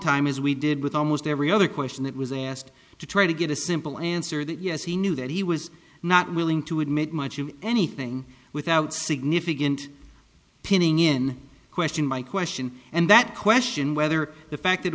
time as we did with almost every other question that was asked to try to get a simple answer that yes he knew that he was not willing to admit much of anything without significant pinning in question by question and that question whether the fact that